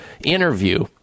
interview